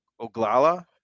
oglala